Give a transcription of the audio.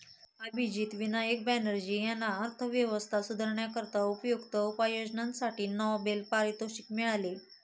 अभिजित विनायक बॅनर्जी यांना अर्थव्यवस्था सुधारण्याकरिता उपयुक्त उपाययोजनांसाठी नोबेल पारितोषिक मिळाले